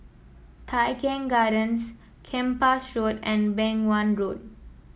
Tai Keng Gardens Kempas Road and Beng Wan Road